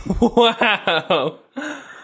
Wow